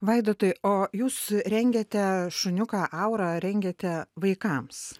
vaidotai o jūs rengiate šuniuką aurą rengiate vaikams